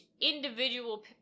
individual